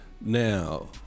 now